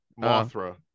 Mothra